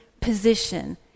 position